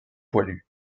poilus